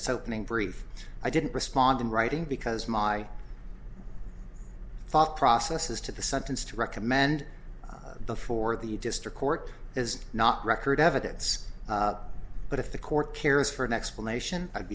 its opening brief i didn't respond in writing because my thought process is to the sentence to recommend before the district court is not record evidence but if the court cares for an explanation i'd